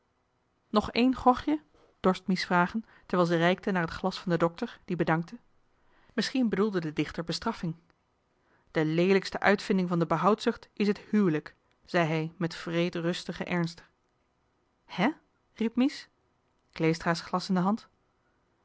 nog één grogje dorst mies vragen terwijl ze reikte naar het glas van den dokter die bedankte misschien bedoelde de dichter bestraffing de leelijkste uitvinding van de behoudzucht is het huwelijk zei hij met wreed rustigen ernst hè riep mies kleestra's glas in de hand